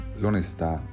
l'onestà